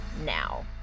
now